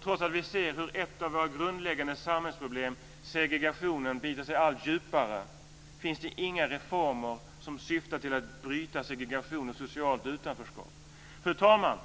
Trots att vi ser hur ett av våra grundläggande samhällsproblem, nämligen att segregationen biter sig allt djupare, finns det inga reformer som syftar till att bryta segregation och socialt utanförskap. Fru talman!